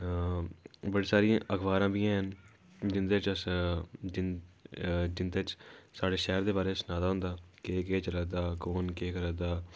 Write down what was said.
बड़ी सारियां अखबारां बी हैन जिंदे च अस जिंदे जिंदे च साढ़े शैह्र दे बारे च सना दा होंदा केह् केह् चला दा कौन केह् करा दा